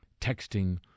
texting